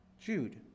Jude